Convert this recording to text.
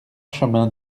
chemin